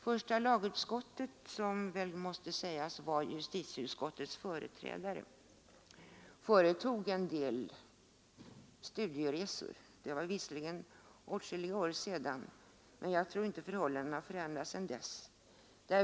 Första lagutskottet, som väl måste sägas vara justitieutskottets föregångare, gjorde en del studieresor. Det var visserligen åtskilliga år sedan, men jag tror inte att förhållandena har ändrats sedan dess.